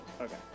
Okay